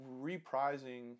reprising